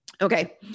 Okay